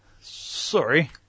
Sorry